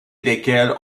lesquels